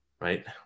right